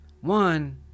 One